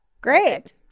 Great